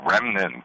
Remnant